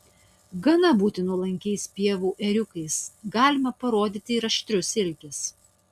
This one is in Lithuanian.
gana būti nuolankiais pievų ėriukais galime parodyti ir aštrias iltis